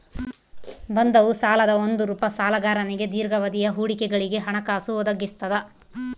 ಬಂಧವು ಸಾಲದ ಒಂದು ರೂಪ ಸಾಲಗಾರನಿಗೆ ದೀರ್ಘಾವಧಿಯ ಹೂಡಿಕೆಗಳಿಗೆ ಹಣಕಾಸು ಒದಗಿಸ್ತದ